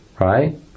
right